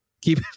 Keep